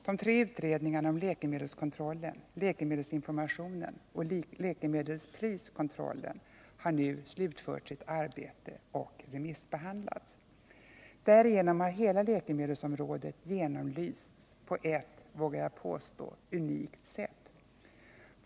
De tre utredningarna om läkemedelskontrollen, läkemedelsinformationen och läkemedelspriskontrollen har nu slutfört sitt arbete och remissbehandlats. Därigenom har hela läkemedelsområdet genomlysts på ett, vågar jag påstå, unikt sätt.